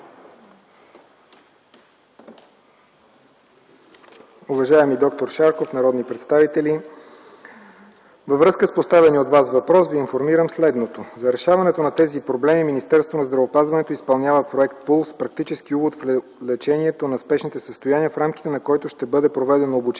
Уважаеми д р Шарков, народни представители! Във връзка с поставения от Вас въпрос Ви информирам следното. За решаването на тези проблеми Министерството на здравеопазването изпълнява проект ПУЛСС (Практически увод в лечението на спешните състояния), в рамките на който ще бъде проведено обучение